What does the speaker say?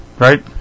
right